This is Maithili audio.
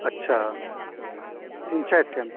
अच्छा तीन चारि अटेम्प्ट